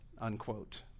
unquote